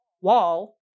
wall